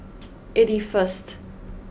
eighty first